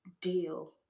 deal